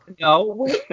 No